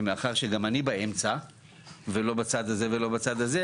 ומאחר שגם אני באמצע ולא בצד הזה ולא בצד הזה,